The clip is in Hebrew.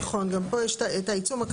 נכון, גם פה יש את העיצום הכספי.